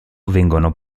vengono